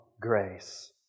grace